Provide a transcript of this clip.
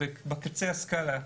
שבקצה הסקאלה,